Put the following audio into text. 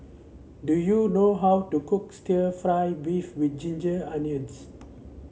do you know how to cook stir fry beef with Ginger Onions